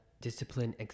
discipline